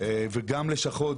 וגם לשכות,